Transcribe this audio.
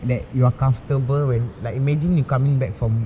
that you are comfortable when like imagine you coming back from